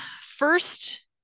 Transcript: first